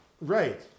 right